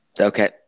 Okay